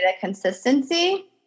consistency